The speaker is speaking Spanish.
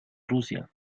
rusia